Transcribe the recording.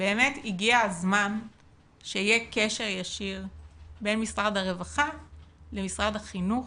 באמת הגיע הזמן שיהיה קשר ישיר בין משרד הרווחה למשרד החינוך,